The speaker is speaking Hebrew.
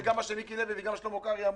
זה גם מה שמיקי לוי וגם שלמה קרעי אמרו,